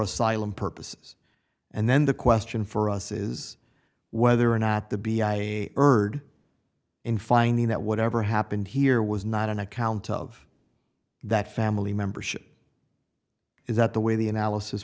asylum purposes and then the question for us is whether or not the b i heard in finding that whatever happened here was not an account of that family membership is that the way the analysis